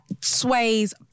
sways